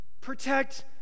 Protect